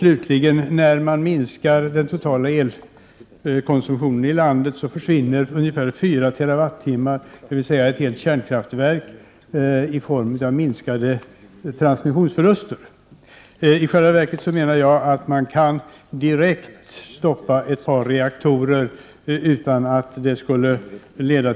Slutligen: När man minskar den totala elkonsumtionen i landet, försvinner ungefär 4 TWh, dvs. motsvarande ett kärnkraftverk, i form av minskade transmissionsförluster.